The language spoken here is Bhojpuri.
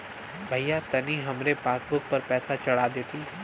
भईया तनि हमरे पासबुक पर पैसा चढ़ा देती